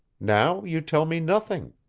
now you tell me nothing.